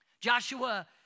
Joshua